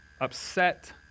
upset